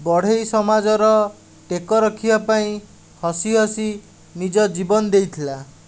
ବଢ଼େଇ ସମାଜର ଟେକ ରଖିବା ପାଇଁ ହସି ହସି ନିଜ ଜୀବନ ଦେଇଥିଲା